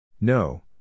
No